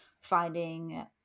finding